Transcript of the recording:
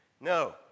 No